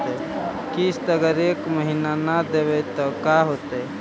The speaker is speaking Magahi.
किस्त अगर एक महीना न देबै त का होतै?